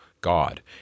God